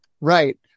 Right